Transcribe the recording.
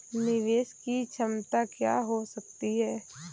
निवेश की क्षमता क्या हो सकती है?